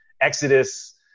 Exodus